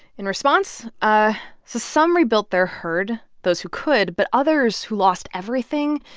in response ah so some rebuilt their herd those who could. but others who lost everything,